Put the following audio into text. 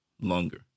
longer